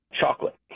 Chocolate